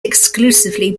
exclusively